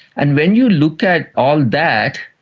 and when you look at all that,